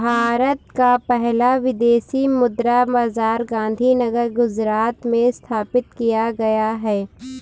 भारत का पहला विदेशी मुद्रा बाजार गांधीनगर गुजरात में स्थापित किया गया है